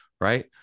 Right